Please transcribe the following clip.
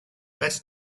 better